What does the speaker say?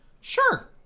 sure